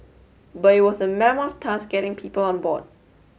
but it was a mammoth task getting people on board